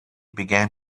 began